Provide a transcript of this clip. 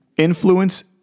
Influence